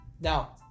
now